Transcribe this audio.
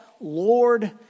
Lord